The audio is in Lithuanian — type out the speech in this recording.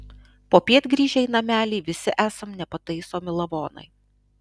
popiet grįžę į namelį visi esam nepataisomi lavonai